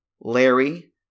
Larry